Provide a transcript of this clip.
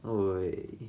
oh really